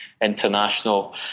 international